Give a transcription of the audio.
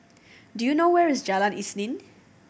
do you know where is Jalan Isnin